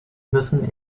müssen